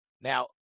Now